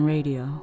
Radio